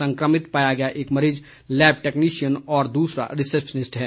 संक्रमित पाया एक मरीज़ लैब टैक्नीशियन और दूसरा रिसेप्शनिस्ट है